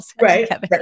Right